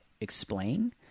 explain